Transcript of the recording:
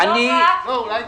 אני מבקש,